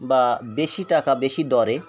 বা বেশি টাকা বেশি দরে